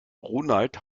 ronald